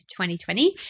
2020